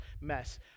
mess